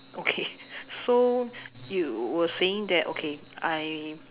okay so you were saying that okay I